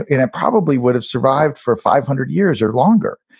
it probably would have survived for five hundred years or longer.